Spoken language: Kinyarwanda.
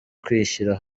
kwishyira